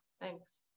thanks